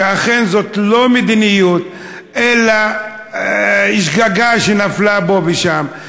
שאכן זאת לא מדיניות אלא שגגה שנפלה פה ושם,